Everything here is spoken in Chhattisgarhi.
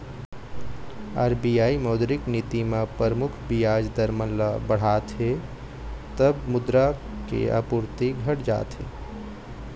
आर.बी.आई मौद्रिक नीति म परमुख बियाज दर मन ल बढ़ाथे तब मुद्रा के आपूरति घट जाथे